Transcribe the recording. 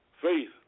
Faith